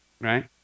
right